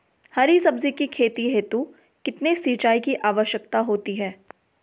हरी सब्जी की खेती हेतु कितने सिंचाई की आवश्यकता होती है?